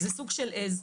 זה סוג של עז.